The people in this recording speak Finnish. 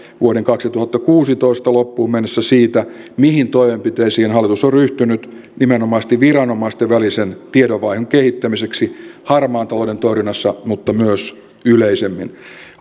vuoden kaksituhattakuusitoista loppuun mennessä siitä mihin toimenpiteisiin hallitus on ryhtynyt nimenomaisesti viranomaisten välisen tiedonvaihdon kehittämiseksi harmaan talouden torjunnassa mutta myös yleisemmin